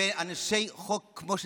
ואנשי חוק כמו שצריך.